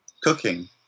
cooking